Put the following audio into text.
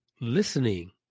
listening